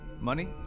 money